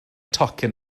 tocyn